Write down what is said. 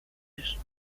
âge